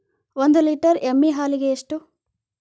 ಒಂದು ಲೇಟರ್ ಎಮ್ಮಿ ಹಾಲಿಗೆ ಎಷ್ಟು?